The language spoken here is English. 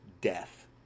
death